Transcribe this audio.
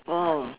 oh